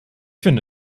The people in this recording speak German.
finde